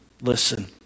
listen